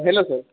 hello sir